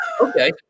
okay